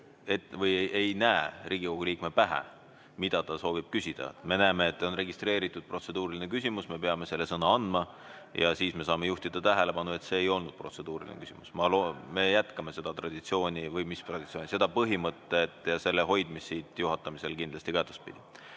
ta ju ei näe Riigikogu liikme pähe, mida see soovib küsida, me näeme, et on registreeritud protseduuriline küsimus ja me peame selleks sõna andma. Siis me saame juhtida tähelepanu, et see ei olnud protseduuriline küsimus. Me jätkame seda traditsiooni või mis traditsiooni, seda põhimõtet ja selle hoidmist juhatamisel kindlasti ka edaspidi.